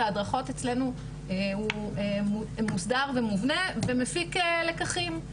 ההדרכות אצלנו הוא מוסדר ומובנה ומפיק לקחים.